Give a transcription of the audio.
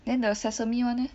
then the sesame [one] eh